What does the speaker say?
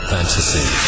fantasy